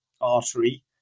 artery